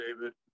David